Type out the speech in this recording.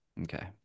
Okay